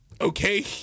okay